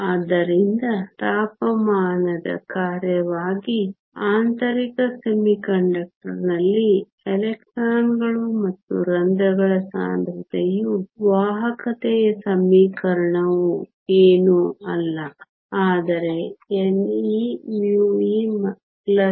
ಆದ್ದರಿಂದ ತಾಪಮಾನದ ಕಾರ್ಯವಾಗಿ ಆಂತರಿಕ ಅರೆವಾಹಕನಲ್ಲಿ ಎಲೆಕ್ಟ್ರಾನ್ಗಳು ಮತ್ತು ರಂಧ್ರಗಳ ಸಾಂದ್ರತೆಯು ವಾಹಕತೆಯ ಸಮೀಕರಣವು ಏನೂ ಅಲ್ಲ ಆದರೆ n e μe p e μh